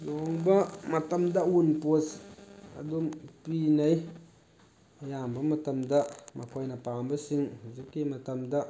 ꯂꯨꯍꯣꯡꯕ ꯃꯇꯝꯗ ꯑꯋꯨꯟꯄꯣꯠ ꯑꯗꯨꯝ ꯄꯤꯅꯩ ꯑꯌꯥꯝꯕ ꯃꯇꯝꯗ ꯃꯈꯣꯏꯅ ꯄꯥꯝꯕꯁꯤꯡ ꯍꯧꯖꯤꯛꯀꯤ ꯃꯇꯝꯗ